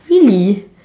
really